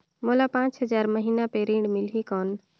मोला पांच हजार महीना पे ऋण मिलही कौन?